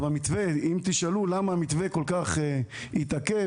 אם תשאלו למה המתווה כל-כך התעכב?